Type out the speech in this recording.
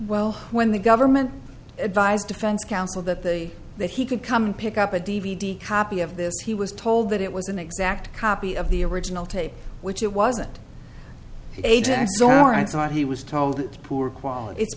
well when the government advised defense counsel that they that he could come and pick up a d v d copy of this he was told that it was an exact copy of the original tape which it wasn't ajax or i thought he was told poor quality it's